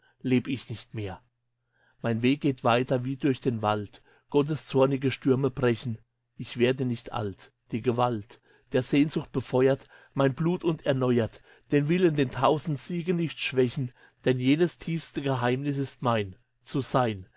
leb ich nicht mehr mein weg geht weiter wie durch den wald gottes zornige stürme brechen ich werde nicht alt die gewalt der sehnsucht befeuert mein blut und erneuert den willen den tausend siege nicht schwächen denn jenes tiefste geheimnis ist mein zu sein